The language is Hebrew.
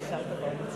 (חותמת על